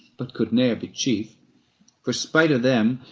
but could ne'er be chief for spite of him,